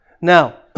Now